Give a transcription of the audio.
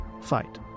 fight